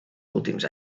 últims